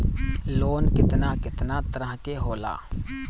Loan केतना केतना तरह के होला?